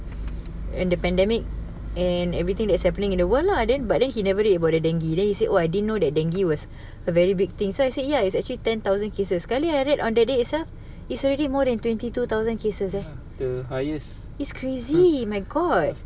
and the pandemic and everything that's happening in the world lah then but then he never read about the dengue then he said oh I didn't know that dengue was a very big thing so I said ya it's actually ten thousand cases sekali I read on the day itself is already more than twenty two thousand cases eh it's crazy my god